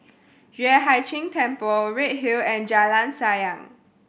Yueh Hai Ching Temple Redhill and Jalan Sayang